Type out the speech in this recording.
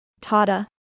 Tata